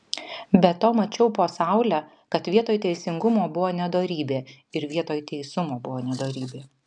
be to mačiau po saule kad vietoj teisingumo buvo nedorybė ir vietoj teisumo buvo nedorybė